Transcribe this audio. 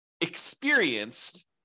experienced